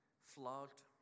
flogged